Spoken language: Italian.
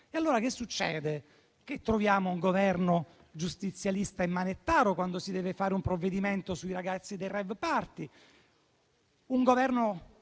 Capita, quindi, che troviamo un Governo giustizialista e manettaro quando si deve fare un provvedimento sui ragazzi dei *rave party*; un Governo